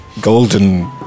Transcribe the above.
golden